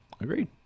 Agreed